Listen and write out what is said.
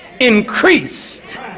increased